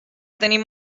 tenim